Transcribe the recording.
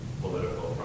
political